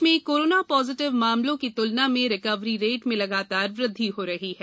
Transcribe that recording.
प्रदेश में corona positive मामलों की तुलना में रिकवरी रेट में लगातार वृद्धि हो रही है